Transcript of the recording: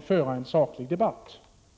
föra en saklig debatt?